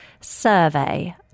survey